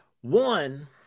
One